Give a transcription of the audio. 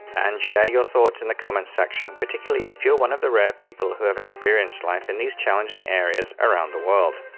and share your thoughts in the comments section, particularly if you're one of the rare people who have experienced life in these challenging areas around the world.